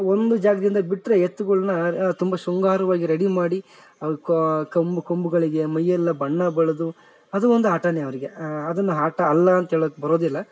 ಒಂದು ಜಾಗದಿಂದ ಬಿಟ್ಟರೆ ಎತ್ತುಗುಳನ್ನ ತುಂಬ ಶೃಂಗಾರ್ವಾಗಿ ರೆಡಿ ಮಾಡಿ ಅವ ಕಂಬ್ ಕೊಂಬ್ಗಳಿಗೆ ಮೈಯೆಲ್ಲಾ ಬಣ್ಣ ಬಳ್ದು ಅದು ಒಂದು ಆಟನೇ ಅವರಿಗೆ ಅದನ್ನ ಆಟ ಅಲ್ಲ ಅಂತೇಳೋಕೆ ಬರೋದಿಲ್ಲ